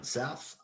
south